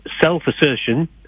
self-assertion